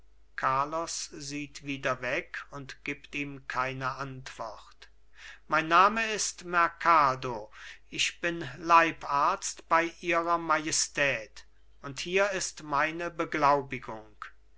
carlos sieht wieder weg und gibt ihm keine antwort mein name ist merkado ich bin leibarzt bei ihrer majestät und hier ist meine beglaubigung